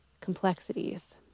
complexities